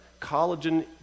Collagen